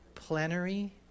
Plenary